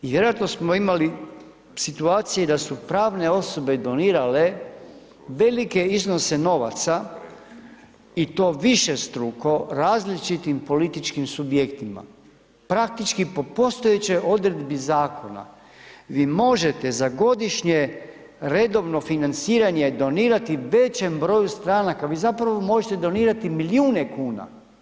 Vjerojatno smo imali situacije da su pravne osobe donirale velike iznose novaca i to višestruko različitim političkim subjektima, praktički po postojećoj odredbi zakona vi možete za godišnje redovno financiranje donirati većem broju stranaka, vi zapravo možete donirati milijune kuna.